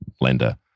lender